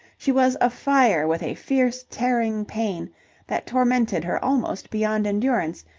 she was afire with a fierce, tearing pain that tormented her almost beyond endurance,